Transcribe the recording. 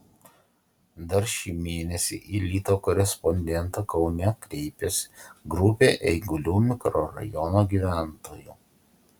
dar šį mėnesį į lito korespondentą kaune kreipėsi grupė eigulių mikrorajono gyventojų